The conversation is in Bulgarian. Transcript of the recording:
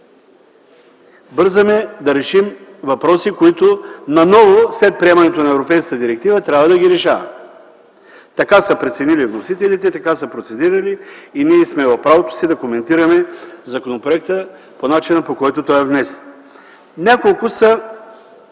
Бързаме да решим въпроси, които след приемането на Европейската директива наново трябва да решаваме. Така са преценили вносителите, така са процедирали и ние сме в правото си да коментираме законопроекта по начина, по който той е внесен. Няколко са